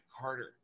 carter